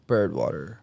Birdwater